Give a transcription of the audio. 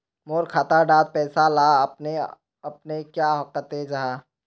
मोर खाता डार पैसा ला अपने अपने क्याँ कते जहा?